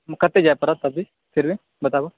कते जाय पड़त फिर भी बताबू